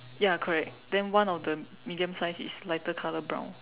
ya correct then one of the medium size is lighter color brown